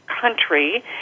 country